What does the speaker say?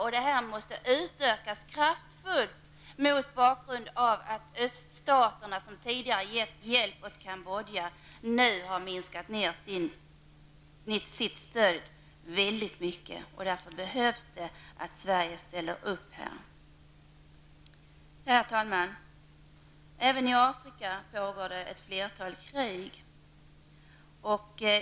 Denna hjälp måste utökas kraftfullt mot bakgrund av att öststaterna, som tidigare hjälpt Kambodja, har minskat ned sitt stöd väldigt mycket. Därför behövs det att Sverige ställer upp. Herr talman! Även i Afrika pågår ett flertal krig.